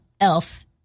elf